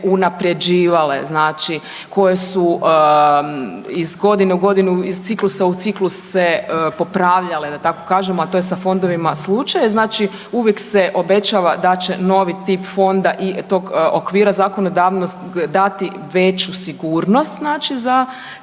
unaprjeđivale, koje su iz godine u godinu, iz ciklusa u ciklus se popravljale da tako kažem, a to je sa fondovima slučaj. Znači uvijek se obećava da će novi tip fonda i tog okvira zakonodavnog dati veću sigurnost za te